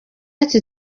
ati